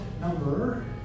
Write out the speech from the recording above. number